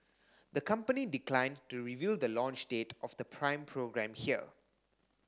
the company declined to reveal the launch date of the Prime programme here